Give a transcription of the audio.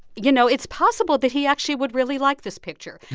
you know, it's possible that he actually would really like this picture.